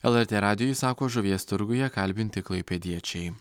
lrt radijui sako žuvies turguje kalbinti klaipėdiečiai